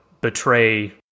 betray